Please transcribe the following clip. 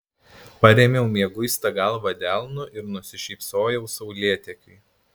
parėmiau mieguistą galvą delnu ir nusišypsojau saulėtekiui